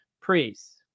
priests